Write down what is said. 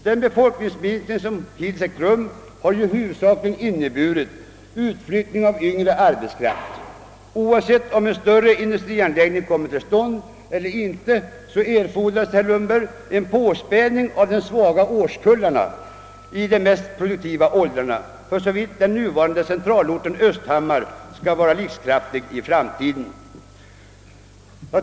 Den befolkningsminskning som hittills ägt rum har huvudsakligen inneburit utflyttning av yngre arbetskraft. Oavsett om en större industrianläggning kommer till stånd eller inte erfordras, herr Lundberg, en påspädning av de svaga årskullarna i de mest produktiva åldrarna, försåvitt den nuvarande centralorten Östhammar skall vara livskraftig i framtiden.